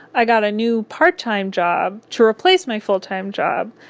i got a new part-time job to replace my full-time job,